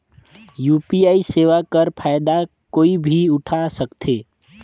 UPI सेवा कर फायदा कोई भी उठा सकथे?